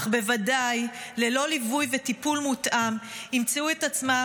אך בוודאי ללא ליווי וטיפול מותאם ימצאו את עצמם